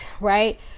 right